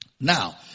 Now